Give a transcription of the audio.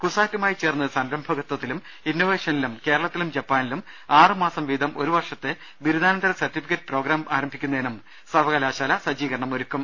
കുസാറ്റുമായി ചേർന്ന് സംരംഭകത്തിലും ഇന്നൊവേഷനിലും കേരളത്തിലും ജപ്പാനിലും ആറ് മാസം വീതം ഒരു വർഷത്തെ ബിരു ദാനന്തര സർട്ടിഫിക്കറ്റ് പ്രോഗ്രാം ആരംഭിക്കുന്നതിനും സർവ്വകലാ ശാല സജ്ജീകരണമൊരുക്കും